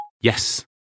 Yes